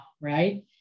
right